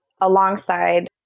alongside